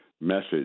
message